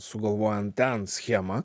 sugalvojant ten schemą